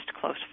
close